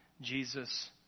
Jesus